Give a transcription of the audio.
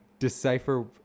decipher